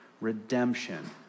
redemption